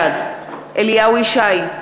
בעד אליהו ישי,